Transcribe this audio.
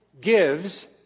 gives